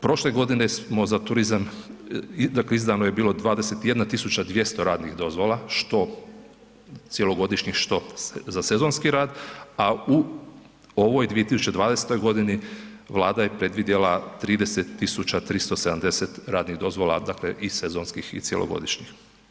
Prošle godine smo za turizam dakle izdano je 21.200 radnih dozvola što cjelogodišnjih, što za sezonski rad, a u ovoj 2020. godini Vlada je predvidjela 30.370 radnih dozvola, dakle i sezonskih i cjelogodišnjih.